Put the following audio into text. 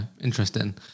interesting